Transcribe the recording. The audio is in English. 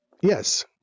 Yes